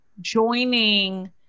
joining